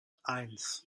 eins